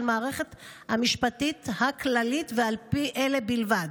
המערכת המשפטית הכללית ועל פי אלה בלבד.